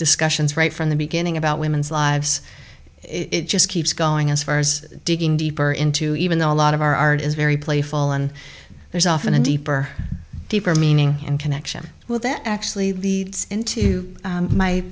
discussions right from the beginning about women's lives it just keeps going as far as digging deeper into even though a lot of our art is very playful and there's often a deeper deeper meaning and connection with that actually the into